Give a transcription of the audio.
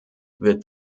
wird